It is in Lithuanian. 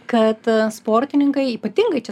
kad sportininkai ypatingai čia